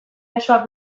mezua